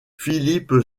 philippine